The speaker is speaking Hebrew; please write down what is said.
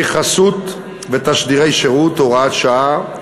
חסות ותשדירי שירות) (הוראת שעה)